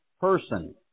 person